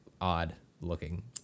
odd-looking